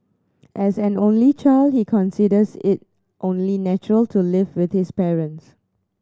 as an only child he considers it only natural to live with his parents